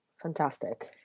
fantastic